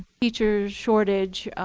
teacher shortage,